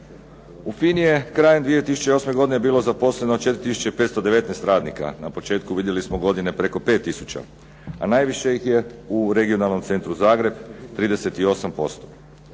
U FINA-i je krajem 2008. godine bilo zaposleno 4 tisuće 519 radnika. Na početku vidjeli smo godine preko 5 tisuća a najviše ih je u Regionalnom centru Zagreb 38%.